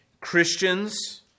Christians